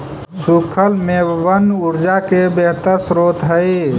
सूखल मेवबन ऊर्जा के बेहतर स्रोत हई